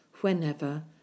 whenever